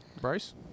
Bryce